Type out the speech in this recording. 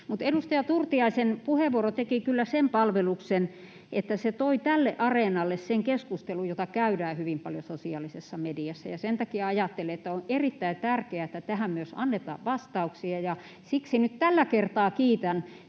edustaja Turtiaisen puheenvuoro teki kyllä sen palveluksen, että se toi tälle areenalle sen keskustelun, jota käydään hyvin paljon sosiaalisessa mediassa, ja sen takia ajattelen, että on erittäin tärkeää, että tähän myös annetaan vastauksia, ja siksi nyt tällä kertaa kiitän